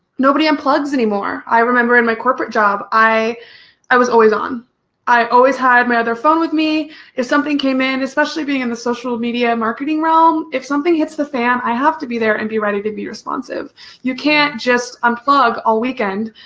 nobody unplugs anymore i remember in my corporate job i i was always on i always have my other phone with me if something came in, especially being in the social media marketing realm, if something hits the fan i have to be there and be ready to be responsive you can't just unplug all weekend,